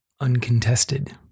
uncontested